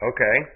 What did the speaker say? Okay